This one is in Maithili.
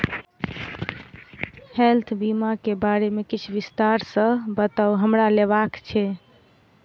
हेल्थ बीमा केँ बारे किछ विस्तार सऽ बताउ हमरा लेबऽ केँ छयः?